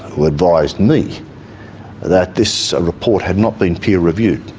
who advised me that this report had not been peer reviewed,